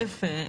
א',